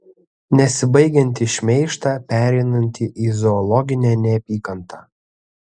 nesibaigiantį šmeižtą pereinantį į zoologinę neapykantą